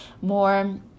more